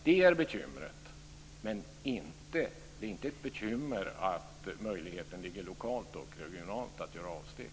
Det är inte ett bekymmer att det finns möjlighet att lokalt och regionalt göra avsteg.